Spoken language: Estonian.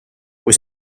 kui